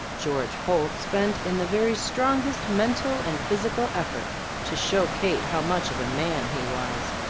george holt spent in the very strongest mental and physical effort to show kate how much of a man he was.